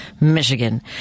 Michigan